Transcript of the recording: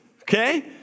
okay